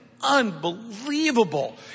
unbelievable